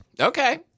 okay